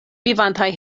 vivantaj